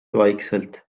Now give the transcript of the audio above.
vaikselt